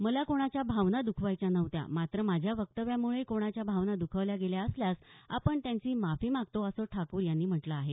मला कोणाच्या भावना दुखवायच्या नव्हत्या मात्र माझ्या वक्तव्यामुळे कोणाच्या भावना दुखावल्या गेल्या असल्यास आपण त्यांची माफी मागतो असं ठाकूर यांनी म्हटलं आहे